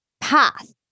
path